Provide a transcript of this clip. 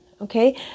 okay